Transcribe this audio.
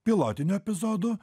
pilotiniu epizodu